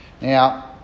Now